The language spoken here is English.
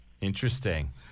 Interesting